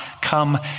come